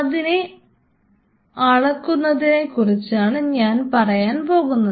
അതിൽ അളക്കുന്നതിനെക്കുറിച്ചാണ് ഞാൻ പറയാൻ പോകുന്നത്